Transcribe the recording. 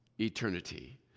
eternity